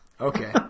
Okay